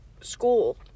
school